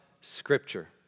Scripture